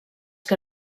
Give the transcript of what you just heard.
que